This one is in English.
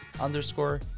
underscore